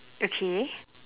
okay